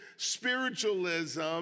spiritualism